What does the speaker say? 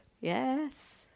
yes